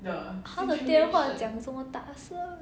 他的电话讲这么大声